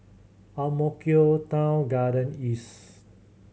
Ang Mo Kio Town Garden East